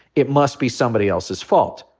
it must be somebody else's fault.